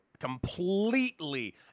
completely